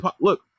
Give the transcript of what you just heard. look